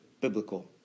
biblical